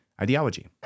ideology